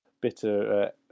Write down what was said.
bitter